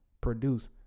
produce